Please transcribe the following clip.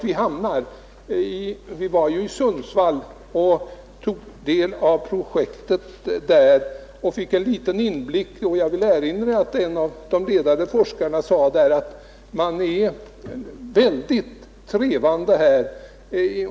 Utskottet besökte Sundsvall och tog del av projektet där och fick då en liten inblick i problemen. En av de ledande forskarna där sade oss att man är väldigt trevande i sitt arbete.